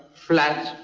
flat,